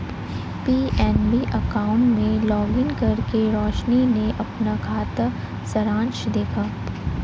PNB account में login करके रोशनी ने अपना खाता सारांश देखा